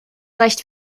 recht